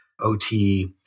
OT